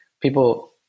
people